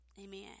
amen